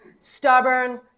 Stubborn